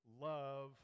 love